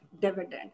dividend